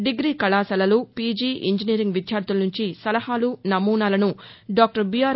degree కళాశాలలు PG engineering విద్యార్దుల నుంచి సలహాలు నమూనాలను డాక్టర్ బీఆర్